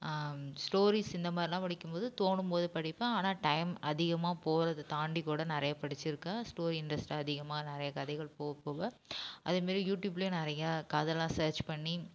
stories இந்த மாதிரிலாம் படிக்கும்போது தோணும்போது படிப்பேன் ஆனால் டைம் அதிகமாக போகறது தாண்டி கூட நிறைய படிச்சி இருக்கேன் ஸ்டோரி இன்ட்ரெஸ்ட் அதிகமாக நிறைய கதைகள் போக போக அதே மாரி யூடியூப்லயும் நிறையா கதைலாம் சர்ச் பண்ணி